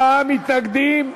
44 מתנגדים,